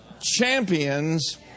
champions